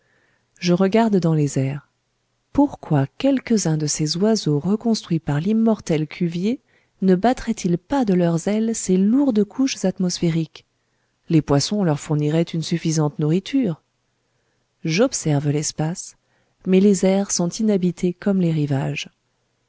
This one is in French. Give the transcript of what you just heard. je regarde dans les airs pourquoi quelques-uns de ces oiseaux reconstruits par l'immortel cuvier ne battraient ils pas de leurs ailes ces lourdes couches atmosphériques les poissons leur fourniraient une suffisante nourriture j'observe l'espace mais les airs sont inhabités comme les rivages